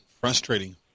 Frustrating